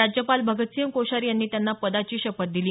राज्यपाल भगतसिंह कोश्यारी यांनी त्यांना पदाची शपथ दिली